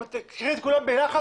אם תיקחי את כולם ביחד,